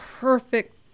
perfect